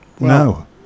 no